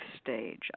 stage